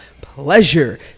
pleasure